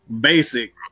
basic